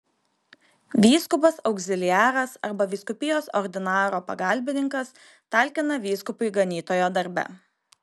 vyskupas augziliaras arba vyskupijos ordinaro pagalbininkas talkina vyskupui ganytojo darbe